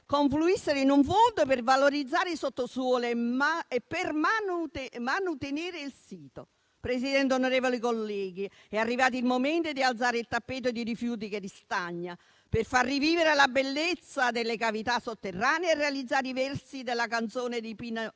confluissero in un fondo per valorizzare il sottosuolo e per manutenere il sito. Signor Presidente, onorevoli colleghi, è arrivato il momento di alzare il tappeto di rifiuti che ristagna, per far rivivere la bellezza delle cavità sotterranee e realizzare i versi della canzone di Pino